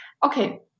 Okay